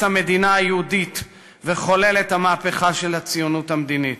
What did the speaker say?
המדינה היהודית וחולל את המהפכה של הציונות המדינית,